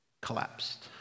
collapsed